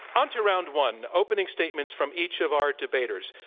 onto round one opening statements from each of our debaters.